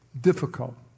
Difficult